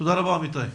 תודה רבה אמיתי.